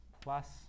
plus